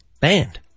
banned